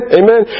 amen